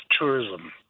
tourism